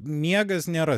miegas nėra